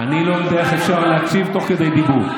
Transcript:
אני לא יודע איך אפשר להקשיב תוך כדי דיבור.